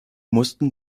mussten